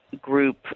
group